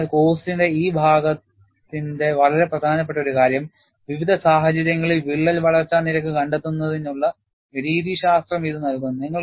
അതിനാൽ കോഴ്സിന്റെ ഈ ഭാഗത്തിന്റെ വളരെ പ്രധാനപ്പെട്ട ഒരു കാര്യം വിവിധ സാഹചര്യങ്ങളിൽ വിള്ളൽ വളർച്ചാ നിരക്ക് കണ്ടെത്തുന്നതിനുള്ള രീതിശാസ്ത്രം ഇത് നൽകുന്നു